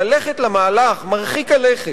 ללכת למהלך מרחיק הלכת,